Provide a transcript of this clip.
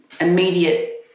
immediate